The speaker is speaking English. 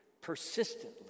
persistently